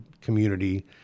community